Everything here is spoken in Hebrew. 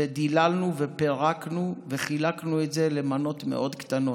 ודיללנו ופירקנו וחילקנו את זה למנות מאוד קטנות,